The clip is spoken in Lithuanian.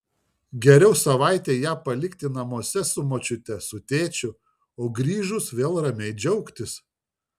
geriau savaitei ją palikti namuose su močiute su tėčiu o grįžus vėl ramiai džiaugtis